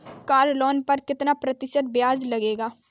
Car loan पर कितना प्रतिशत ब्याज लगेगा?